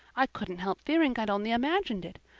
i couldn't help fearing i'd only imagined it.